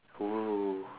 !woo!